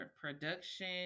production